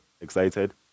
excited